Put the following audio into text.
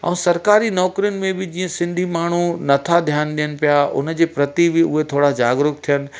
ऐं सरकारी नौकरियुनि में बि जीअं सिंधी माण्हू नथा ध्यानु ॾेयनि पिया उनजे प्रति बि उहे थोरा जागरुक थियनि